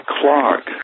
Clark